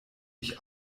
ich